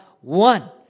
One